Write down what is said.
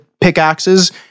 pickaxes